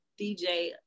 DJ